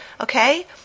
Okay